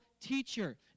teacher